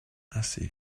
assez